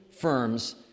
firms